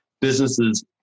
businesses